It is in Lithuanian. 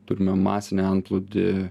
turime masinį antplūdį